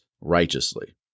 righteously